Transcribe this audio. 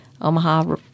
Omaha